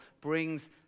brings